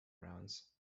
rounds